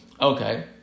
Okay